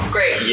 Great